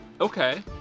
Okay